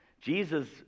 Jesus